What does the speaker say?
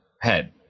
head